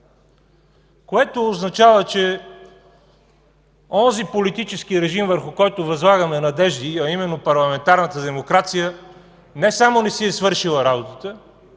което означава, че онзи политически режим, върху който възлагаме надежди, а именно парламентарната демокрация не само не си е свършила работата,